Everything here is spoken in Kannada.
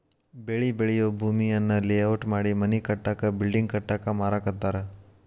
ಬೆಳಿ ಬೆಳಿಯೂ ಭೂಮಿಯನ್ನ ಲೇಔಟ್ ಮಾಡಿ ಮನಿ ಕಟ್ಟಾಕ ಬಿಲ್ಡಿಂಗ್ ಕಟ್ಟಾಕ ಮಾರಾಕತ್ತಾರ